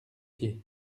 pieds